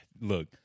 look